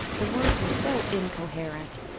the words were so incoherent,